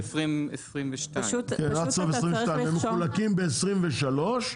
עד סוף 2022. כן עד סוף 2022 ומחולקים ב- 2023,